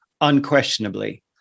unquestionably